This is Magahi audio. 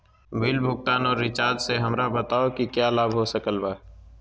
बिल भुगतान और रिचार्ज से हमरा बताओ कि क्या लाभ हो सकल बा?